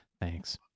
thanks